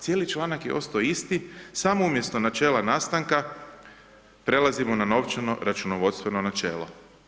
Cijeli članak je osta osti, samo umjesto načela nastanka, prelazimo na novčano računovodstveno načelo.